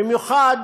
במיוחד